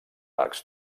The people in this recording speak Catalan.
arcs